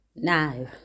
Now